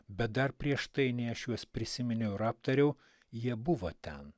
bet dar prieš tai nei aš juos prisiminiau ir aptariau jie buvo ten